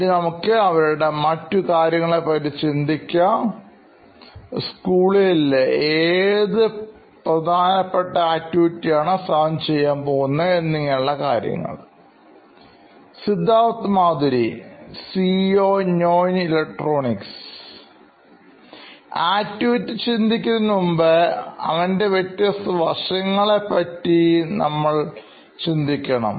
ഇനി നമുക്ക് അവരുടെ മറ്റുകാര്യങ്ങളെ പറ്റി ചിന്തിക്കാം സ്കൂളിൽ എന്ത് പ്രധാനപ്പെട്ട ആക്ടിവിറ്റി ആണ് സാം ചെയ്യുവാൻ പോകുന്നത് സിദ്ധാർത്ഥ് മാധുരി സിഇഒ നോയിൻ ഇലക്ട്രോണിക്സ് ആക്ടിവിറ്റി ചിന്തിക്കുന്നതിനു മുന്നേ അവൻറെ വ്യത്യസ്ത വശങ്ങളെ പറ്റി നമ്മൾ ചിന്തിക്കണം